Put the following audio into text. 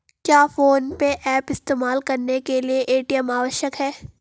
क्या PhonePe app इस्तेमाल करने के लिए ए.टी.एम आवश्यक है?